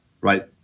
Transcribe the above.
right